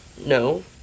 No